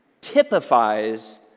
typifies